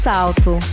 Salto